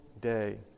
day